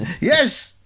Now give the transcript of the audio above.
yes